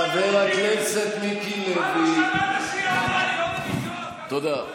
חבר הכנסת מיקי לוי, תודה.